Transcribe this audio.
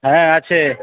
হ্যাঁ আছে